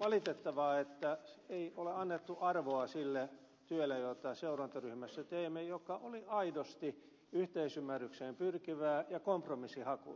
valitettavaa että ei ole annettu arvoa sille työlle jota seurantaryhmässä teimme ja joka oli aidosti yhteisymmärrykseen pyrkivää ja kompromissihakuista